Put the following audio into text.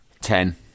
Ten